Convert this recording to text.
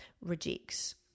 rejects